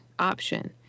Option